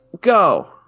Go